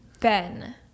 ben